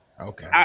Okay